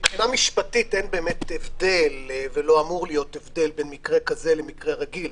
מבחינה משפטית אין הבדל ולא אמור להיות הבדל בין מקרה כזה למקרה רגיל,